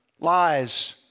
lies